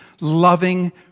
loving